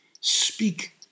Speak